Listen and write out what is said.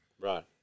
Right